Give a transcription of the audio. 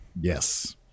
Yes